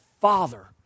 father